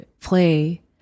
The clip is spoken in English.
play